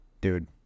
dude